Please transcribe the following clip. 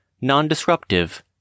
non-disruptive